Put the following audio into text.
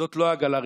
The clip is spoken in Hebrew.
זאת לא עגלה ריקה,